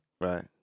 Right